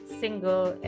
single